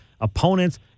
Opponents